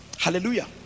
Hallelujah